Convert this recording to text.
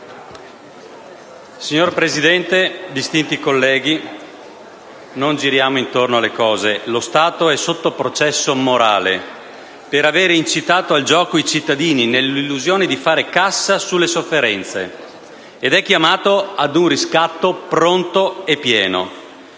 Signor Presidente, distinti colleghi, non giriamo attorno alle cose: lo Stato è sotto processo morale per aver incitato al gioco i cittadini nella illusione di fare cassa sulle sofferenze ed è chiamato ad un riscatto pronto e pieno.